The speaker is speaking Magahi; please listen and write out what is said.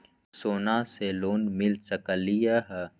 सोना से लोन मिल सकलई ह?